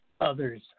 others